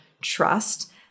trust